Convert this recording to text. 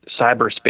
cyberspace